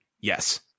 Yes